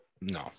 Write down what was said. no